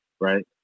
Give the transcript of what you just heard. right